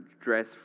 dress